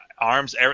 arms